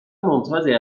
ممتازی